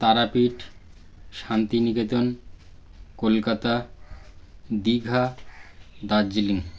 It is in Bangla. তারাপীঠ শান্তিনিকেতন কলকাতা দীঘা দার্জিলিং